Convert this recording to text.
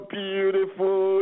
beautiful